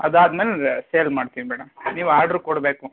ಅದು ಆದ್ಮೇಲೆ ಸೇಲ್ ಮಾಡ್ತೀವಿ ಮೇಡಮ್ ನೀವು ಆರ್ಡ್ರು ಕೊಡಬೇಕು